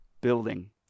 building